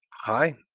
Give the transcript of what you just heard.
hi.